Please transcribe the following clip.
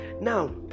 now